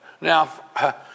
Now